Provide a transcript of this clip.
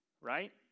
right